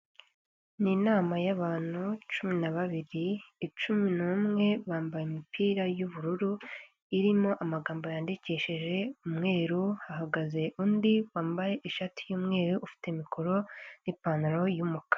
Ni inama y'abantu cumi na babiri. Icumi n'umwe bambaye imipira y'ubururu irimo amagambo yandikishije umweru, hahagaze undi wambaye ishati y'umweru; ufite mikoro n'ipantaro y'umukara.